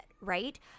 right